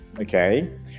okay